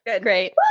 Great